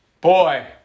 boy